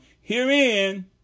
Herein